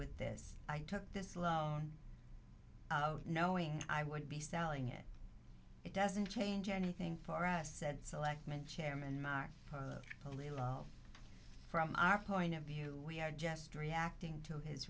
with this i took this loan knowing i would be selling it it doesn't change anything for us said selectman chairman mark foley from our point of view we are just reacting to his